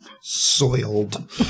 soiled